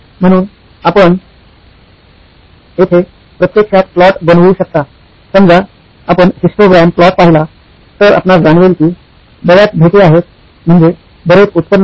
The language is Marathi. म्हणून आपण येथे प्रत्यक्षात प्लॉट बनवू शकता समजा आपण हिस्टोग्राम प्लॉट पहिला तर आपणास जाणवेल कि बऱ्याच भेटी आहेत म्हणजे बरेच उत्पन्न आहे